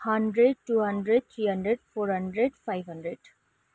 hundred two hundred three hundred four hundred five hundred